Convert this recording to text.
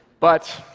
but,